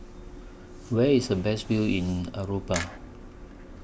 Where IS The Best View in Aruba